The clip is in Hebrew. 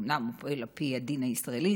אומנם הוא פועל על פי הדין הישראלי,